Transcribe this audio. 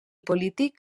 polític